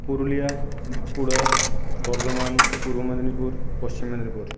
Purulia Bankura Bardhaman Purba Medinipur Paschim Medinipur